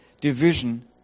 division